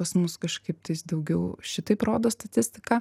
pas mus kažkaip tais daugiau šitaip rodo statistika